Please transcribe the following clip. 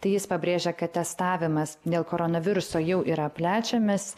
tai jis pabrėžė kad testavimas dėl koronaviruso jau yra plečiamės